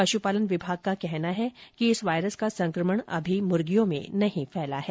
पशुपालन विभाग का कहना है कि इस वायरस का संकमण अभी मुर्गियों में नहीं फैला है